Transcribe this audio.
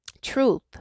truth